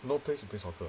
no place to play soccer